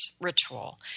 ritual